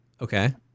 Okay